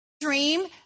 Dream